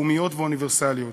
לאומיות ואוניברסליות.